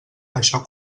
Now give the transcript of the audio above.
això